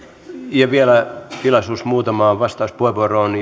ja vielä tilaisuus muutamaan vastauspuheenvuoroon